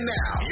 now